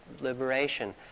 liberation